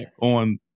on